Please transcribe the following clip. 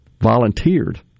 volunteered